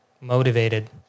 motivated